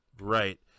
Right